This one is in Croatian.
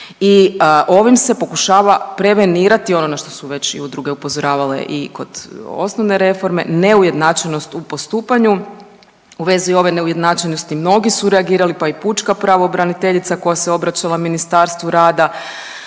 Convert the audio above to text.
I ovim se pokušava prevenirati ono na što su već i udruge upozoravale i kod osnovne reforme neujednačenost u postupanju. U vezi ove neujednačenosti mnogi su reagirali, pa i pučka pravobraniteljica koja se obraćala Ministarstvu rada,